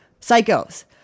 Psychos